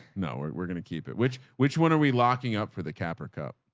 no, we're going to keep it. which, which one are we locking up for? the capper cup.